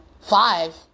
five